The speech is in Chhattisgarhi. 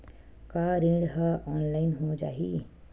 का ऋण ह ऑनलाइन हो जाही?